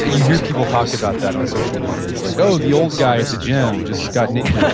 you hear people talk about that on social media. it's like, oh, the old guy at the gym just got naked